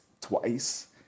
twice